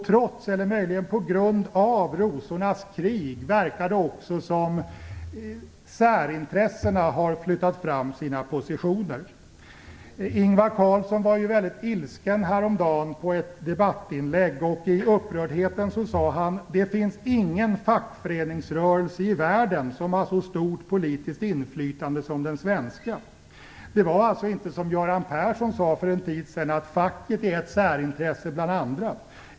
Trots, eller möjligen på grund av, rosornas krig verkar det också som om särintressena har flyttat fram sina positioner. Ingvar Carlsson var ju väldigt ilsken på ett debattinlägg häromdagen. I upprördheten sade han: Det finns ingen fackföreningsrörelse i världen som har så stort politiskt inflytande som den svenska. Det var alltså inte som Göran Persson sade för en tid sedan att facket är ett särintresse bland andra.